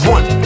One